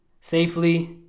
safely